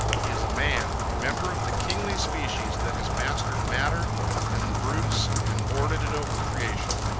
he is a man, a member of the kingly species that has mastered matter and the brutes and lorded it over creation.